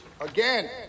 again